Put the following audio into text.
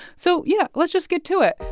so, yeah, let's just get to it.